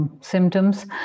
symptoms